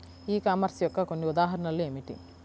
ఈ కామర్స్ యొక్క కొన్ని ఉదాహరణలు ఏమిటి?